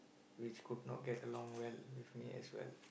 which could not get along well with me as well